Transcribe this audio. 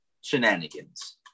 shenanigans